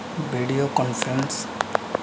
video conscience